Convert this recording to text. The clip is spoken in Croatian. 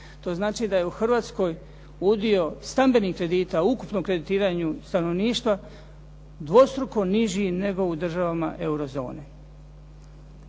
To znači da je u Hrvatskoj udio stambenih kredita u ukupnom kreditiranju stanovništva, dvostruko niži nego u državama eurozone.